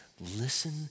Listen